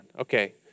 Okay